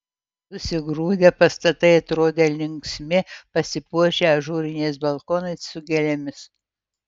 susigrūdę pastatai atrodė linksmi pasipuošę ažūriniais balkonais su gėlėmis